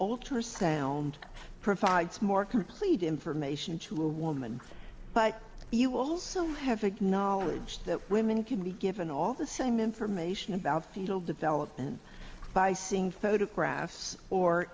altar sound provides more complete information to a woman but you also have acknowledged that women can be given all the same information about fetal development by seeing photographs or